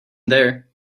there